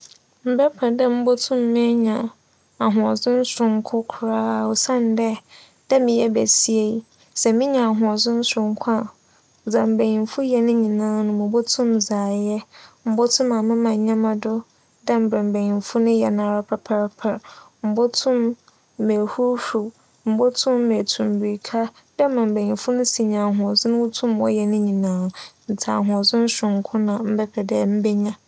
Mebɛpɛ dɛ mobotum enya ahoͻdzen soronko koraa osiandɛ meyɛ basia yi, sɛ menya ahoͻdzen soronko a, dza mbanyimfo yɛ no nyinara mobotum dze ayɛ, mobotum amema ndzɛmba do dɛ mbrɛ mbanyimfo no yɛ no ara pɛpɛɛpɛr. Mobotum m'ehuruw huruw, mobotum meetu mbirika dɛ mbrɛ mbanyimfo nya ahoͻdzen tum yɛ no nyinara.